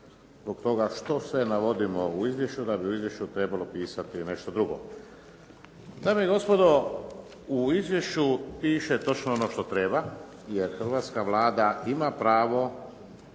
Hrvatska Vlada ima pravo